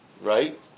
right